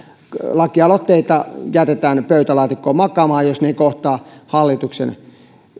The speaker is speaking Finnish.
lakialoitteita jätetään pöytälaatikkoon makaamaan jos ne eivät kohtaa hallituksen